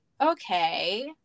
okay